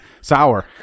sour